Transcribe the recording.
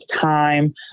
time